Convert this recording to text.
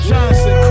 Johnson